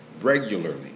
regularly